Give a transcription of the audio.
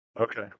Okay